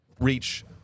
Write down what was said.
reach